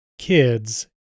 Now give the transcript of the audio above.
kids